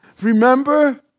Remember